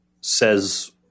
says